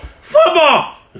Football